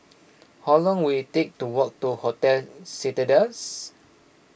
how long will it take to walk to Hotel Citadines